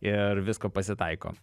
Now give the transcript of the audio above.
ir visko pasitaiko